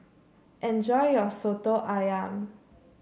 enjoy your Soto ayam